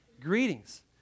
Greetings